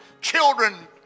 children